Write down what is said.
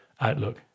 outlook